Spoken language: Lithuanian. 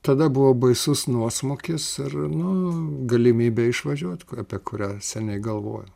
tada buvo baisus nuosmukis ir nu galimybė išvažiuot apie kurią seniai galvojau